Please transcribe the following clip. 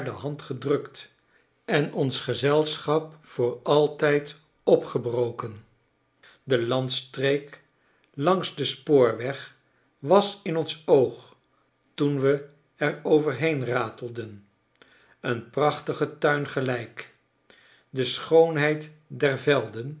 hand gedrukt en ons gezelschap voor altijd opgebroken de landstreek langs den spoorweg was in ons oog toen we r r overheen ratelden een prachtigen tuin gelijk de schoonheid der velden